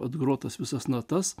atgrot tas visas natas